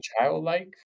childlike